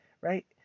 right